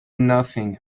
nothing